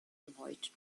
avoid